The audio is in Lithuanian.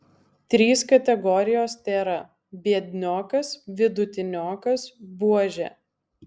trys kategorijos tėra biedniokas vidutiniokas buožė